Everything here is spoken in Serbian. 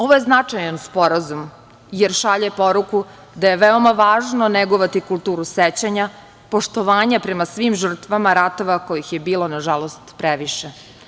Ovo je značajan sporazum, jer šalje poruku da je veoma važno negovati kulturu sećanja, poštovanja prema svim žrtvama ratova, kojih je bilo nažalost previše.